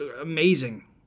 amazing